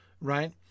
right